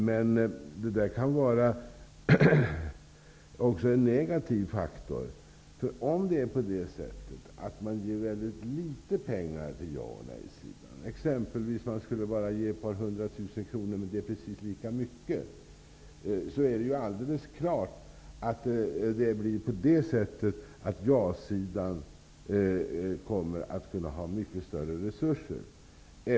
Men det kan också vara en negativ faktor, för om man ger väldigt litet pengar till ja och nej-sidan -- exempelvis bara ett par 100 000 kr, men precis lika mycket till båda -- kommer ja-sidan helt klart att kunna ha mycket större resurser.